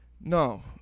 No